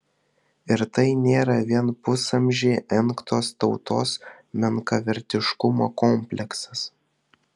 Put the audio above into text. ir tai nėra vien pusamžį engtos tautos menkavertiškumo kompleksas